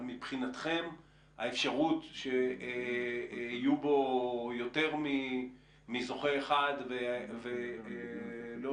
אבל מבחינתכם האפשרות שיהיו בו יותר מזוכה אחד ולא